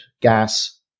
gas